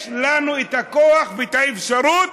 יש לנו את הכוח ואת האפשרות